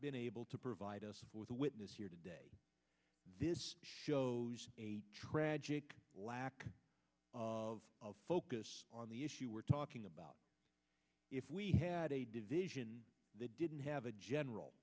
been able to provide us with a witness here today this shows a tragic lack of focus on the issue we're talking about if we had a division that didn't have a general